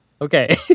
Okay